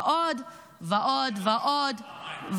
ועוד ועוד ועוד.